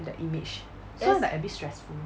the image so it's like a bit stressful